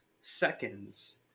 seconds